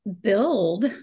build